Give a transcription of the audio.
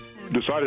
decided